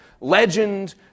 legend